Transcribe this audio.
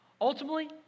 Ultimately